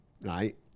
right